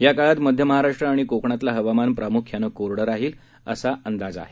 या काळात मध्य महाराष्ट्र आणि कोकणातलं हवामान प्रामुख्यानं कोरडं राहील असा अंदाज आहे